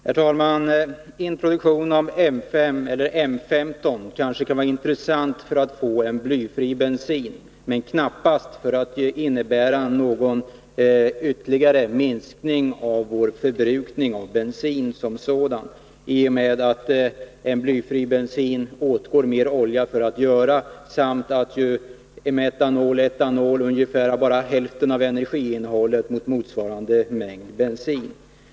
Herr talman! En produktion av M 15 eller M 5 kan kanske vara intressant för att vi skall få blyfri bensin, men den innebär knappast någon ytterligare minskning av vår bensinförbrukning som sådan — därför att det åtgår mer olja för att göra blyfri bensin än vanlig bensin och därför att metanol och etanol bara har hälften av energiinnehållet, jämfört med motsvarande mängd bensin.